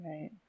right